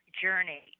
journey